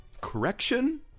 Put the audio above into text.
correction